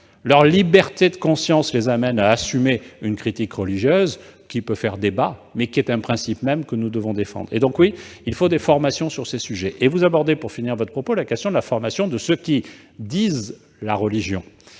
leur liberté de conscience les amène à assumer une critique religieuse qui peut faire débat, mais qui est un principe même que nous devons défendre. Oui, il faut des formations sur ces sujets ! Vous avez notamment abordé dans votre propos la formation de ceux qui disent la religion,